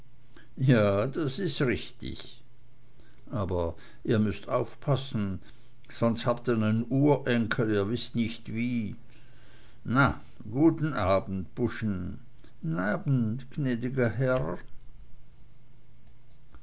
ja das is richtig aber ihr müßt aufpassen sonst habt ihr nen urenkel ihr wißt nicht wie na gu'n abend buschen n abend jnäd'ger herr